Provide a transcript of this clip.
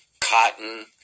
cotton